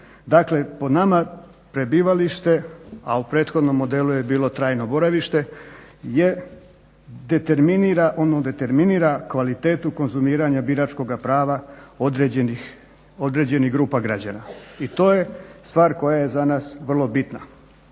Dakle, po nama prebivalište, a u prethodnom modelu je bilo trajno boravište, ono determinira kvalitetu konzumiranja biračkoga prava određenih grupa građana. I to je stvar koja je za nas vrlo bitna.